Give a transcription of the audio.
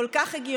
כל כך הגיוני,